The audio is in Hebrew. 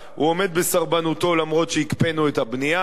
הוא עומד בסרבנותו אף-על-פי שהקפאנו את הבנייה,